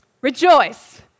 Rejoice